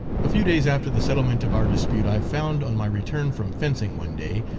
a few days after the settlement of our dispute i found, on my return from fencing one day,